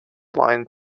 line